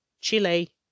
Chile